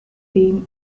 theme